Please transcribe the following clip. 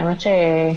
האמת ש --- קארין,